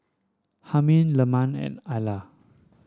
Hilmi Leman and Alya